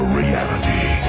reality